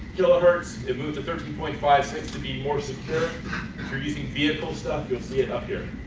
khz. it moved to thirteen point five six to be more secure secure using vehicle stuff, you will see it up here.